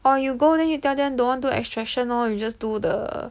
or you go then you tell them don't want do extraction lor you just do the